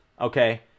okay